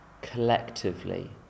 collectively